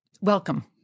Welcome